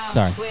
Sorry